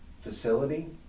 facility